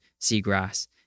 seagrass